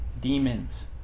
demons